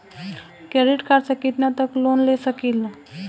Credit card से कितना तक लोन ले सकईल?